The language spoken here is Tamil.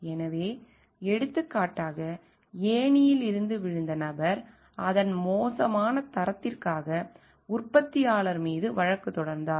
எனவே எடுத்துக்காட்டாக ஏணியில் இருந்து விழுந்த நபர் அதன் மோசமான தரத்திற்காக உற்பத்தியாளர் மீது வழக்கு தொடர்ந்தார்